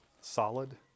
solid